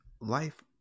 life